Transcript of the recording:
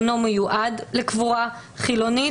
אינו מיועד לקבורה חילונית.